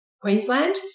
Queensland